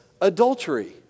adultery